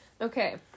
Okay